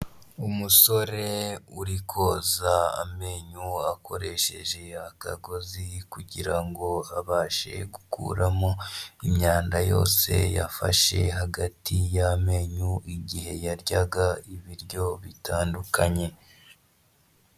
Umusore uri koza amenyo akoresheje akagozi kugira ngo abashe gukuramo imyanda yose yafashe hagati y'amenyo, igihe yaryaga ibiryo bitandukanye.